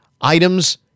items